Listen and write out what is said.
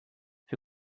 für